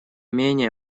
менее